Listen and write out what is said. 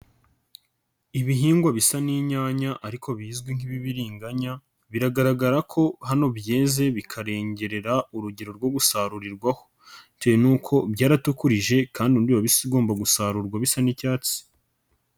Ibihingwa bisa n'inyanya ariko bizwi nk'ibibiringanya, biragaragara ko hano byeze bikarengerera urugero rwo gusarurirwaho. Bitewe n'uko byaratukurije kandi ubundi biba bigomba gusarurwa bisa n'icyatsi.